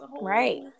Right